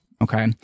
okay